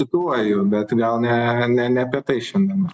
cituoju bet gal ne ne apie tai šiandien